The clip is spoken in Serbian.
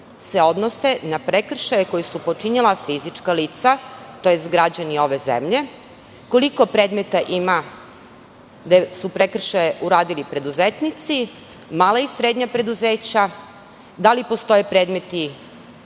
se odnosi na prekršaje koja su počinila fizička lica, tj. građani ove zemlje, koliko predmeta ima da su prekršaje uradili preduzetnici, mala i srednja preduzeća, da li postoje predmeti